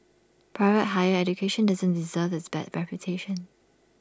private higher education doesn't deserve its bad reputation